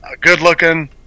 good-looking